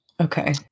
Okay